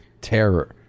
terror